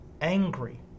angry